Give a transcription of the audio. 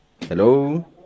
Hello